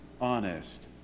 honest